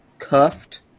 Cuffed